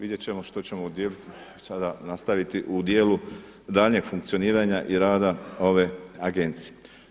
Vidjet ćemo što ćemo sada nastaviti u dijelu daljnjeg funkcioniranja i rada ove agencije.